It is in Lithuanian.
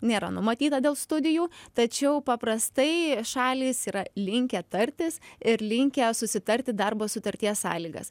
nėra numatyta dėl studijų tačiau paprastai šalys yra linkę tartis ir linkę susitarti darbo sutarties sąlygas